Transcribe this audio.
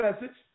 message